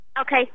Okay